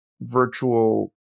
virtual